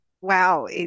wow